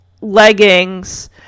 leggings